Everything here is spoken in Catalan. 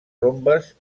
rombes